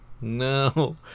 No